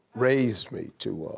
raised me to.